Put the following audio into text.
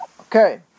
Okay